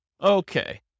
Okay